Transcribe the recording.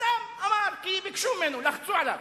סתם אמר, כי ביקשו ממנו, לחצו עליו.